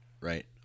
Right